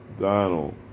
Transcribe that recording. Donald